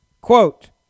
Quote